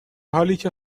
حالیکه